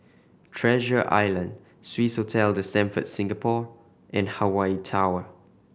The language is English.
Treasure Island Swissotel The Stamford Singapore and Hawaii Tower